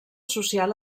social